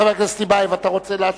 חבר הכנסת טיבייב, אתה רוצה להשיב?